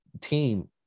team